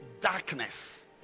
darkness